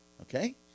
Okay